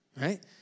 right